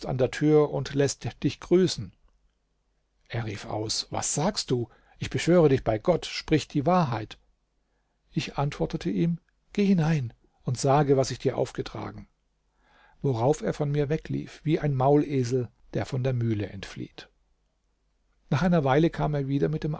an der tür und läßt dich grüßen er rief aus was sagst du ich beschwöre dich bei gott sprich die wahrheit ich antwortete ihm geh hinein und sage was ich dir aufgetragen worauf er von mir weglief wie ein maulesel der von der mühle entflieht nach einer weile kam er wieder mit dem